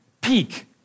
peak